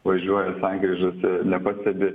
važiuojant sankryžose nepastebi